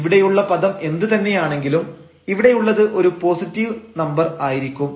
ഇവിടെയുള്ള പദം എന്ത് തന്നെയാണെങ്കിലും ഇവിടെയുള്ളത് ഒരു പോസിറ്റീവ് നമ്പർ ആയിരിക്കും